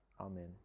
Amen